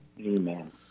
Amen